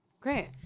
Great